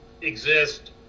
exist